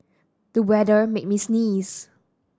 the weather made me sneeze